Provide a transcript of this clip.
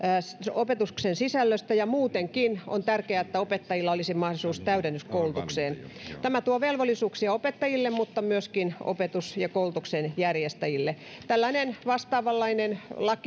opetuksen sisällöstä ja muutenkin on tärkeää että opettajilla olisi mahdollisuus täydennyskoulutukseen tämä tuo velvollisuuksia opettajille mutta myöskin opetuksen ja koulutuksen järjestäjille tällainen vastaavanlainen